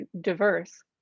diverse